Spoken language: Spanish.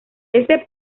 este